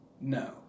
No